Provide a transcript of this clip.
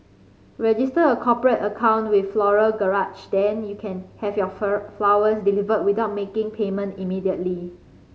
register a cooperate account with Floral Garage then you can have your fur flowers delivered without making payment immediately